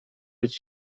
być